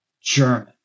German